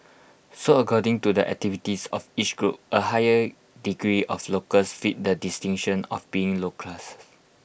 so according to the activities of each group A high degree of locals fit the distinction of being lower class